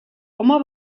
home